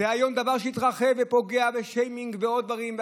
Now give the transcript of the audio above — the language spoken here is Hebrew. היום זה דבר שהתרחב ופוגע, שיימינג ועוד דברים.